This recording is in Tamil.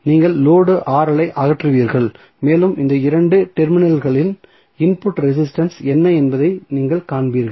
நீங்கள் லோடு ஐ அகற்றுவீர்கள் மேலும் இந்த 2 டெர்மினல்களில் இன்புட் ரெசிஸ்டன்ஸ் என்ன என்பதை நீங்கள் காண்பீர்கள்